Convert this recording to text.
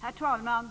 Herr talman!